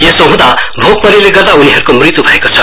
यसो हुँदा भोकमरीले गर्दा उनीहरूको मृत्यु भएको छ